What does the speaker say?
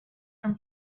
from